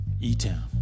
E-Town